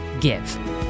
give